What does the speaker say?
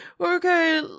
okay